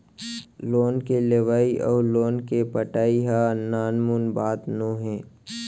loan के लेवइ अउ लोन के पटाई ह नानमुन बात नोहे